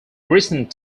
recent